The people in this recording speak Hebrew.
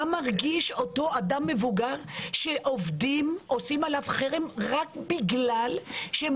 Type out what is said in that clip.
מה מרגיש אדם מבוגר שעובדים עושים עליו חרם רק בגלל שהם